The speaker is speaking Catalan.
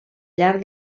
llarg